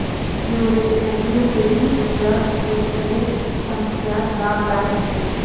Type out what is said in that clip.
blueberry blood प्रेशरेर समस्यात लाभदायक छे